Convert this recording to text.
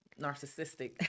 narcissistic